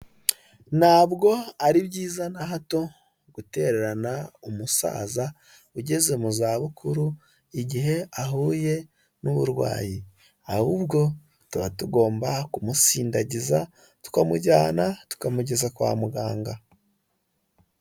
Ntabwo ari byiza na hato gutererana umusaza ugeze mu zabukuru igihe ahuye n'uburwayi, ahubwo tuba tugomba kumusindagiza tukamujyana tukamugeza kwa muganga.